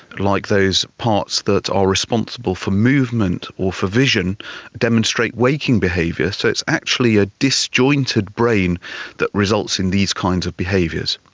like those parts that are responsible for movement or for vision demonstrate waking behaviour. so it's actually a disjointed brain that results in these kinds of behaviours.